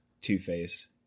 Two-Face